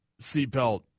seatbelt